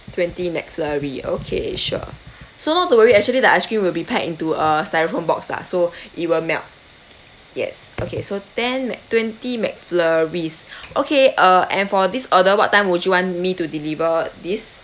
twenty mcflurry okay sure so not to worry actually the ice cream will be packed into a styrofoam box lah so it won't melt yes okay so ten mac twenty mcflurry okay uh and for this order what time would you want me to deliver this